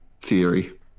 theory